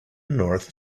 north